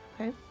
Okay